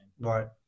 Right